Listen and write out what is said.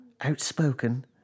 outspoken